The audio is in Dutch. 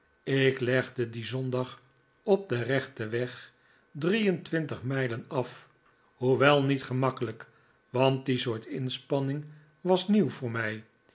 ik legde dien zondag op den rechten weg drieentwintig mijlen af hoewel niet gemakkelijk want die soort inspanning was nieuw voor mij